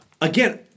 again